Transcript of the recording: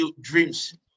dreams